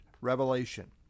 revelation